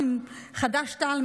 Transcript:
חד"ש-תע"ל,